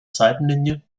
seitenlinie